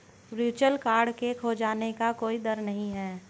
virtual card के खोने का कोई दर नहीं है